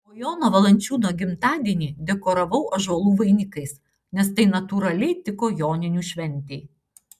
o jono valančiūno gimtadienį dekoravau ąžuolų vainikais nes tai natūraliai tiko joninių šventei